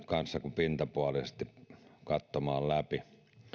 kanssa ehtinyt kuin pintapuolisesti katsomaan läpi